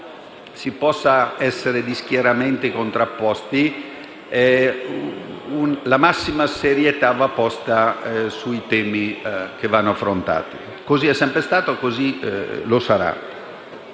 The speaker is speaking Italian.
si possa essere di schieramenti contrapposti, la massima serietà va posta sui temi che devono essere affrontati. Così è sempre stato e così sarà,